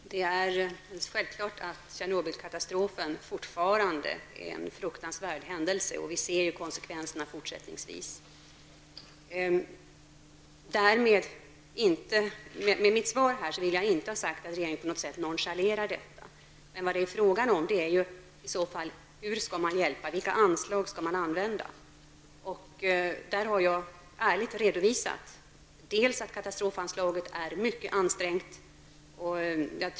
Herr talman! Det är alldeles självklart att Tjernobylkatastrofen fortfarande är en fruktansvärd händelse. Vi ser fortfarande konsekvenserna. Med mitt svar är det inte sagt att regeringen nonchalerar detta. Det är fråga om hur hjälpen skall ges och vilka anslag som skall användas. Jag har ärligt redovisat att katastrofanslaget är mycket ansträngt.